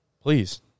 please